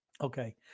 Okay